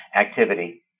activity